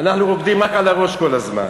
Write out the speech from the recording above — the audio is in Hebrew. אנחנו רוקדים רק על הראש כל הזמן.